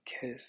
kiss